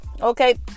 okay